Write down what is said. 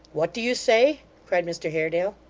what do you say cried mr haredale.